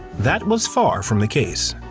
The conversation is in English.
that was far from the case.